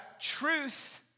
Truth